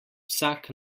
vsak